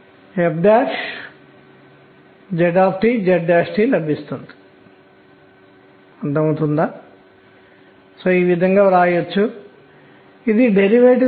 పరమాణువులు బయటకు వచ్చినప్పుడు బదులుగా వారికి లభించింది ఏమిటంటే 2 రేఖలు 2 రేఖలు